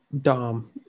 Dom